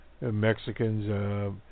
Mexicans